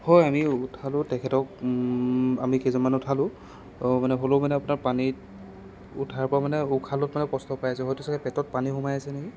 হয় আমি উঠালোঁ তেখেতক আমি কেইজনমানে উঠালোঁ মানে হ'লেও মানে পানীত উঠাৰ পৰা মানে উশাহ লোৱাত মানে কষ্ট পাই আছে হয়তো চাগে পেটত পানী সোমাই আছে নেকি